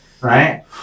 right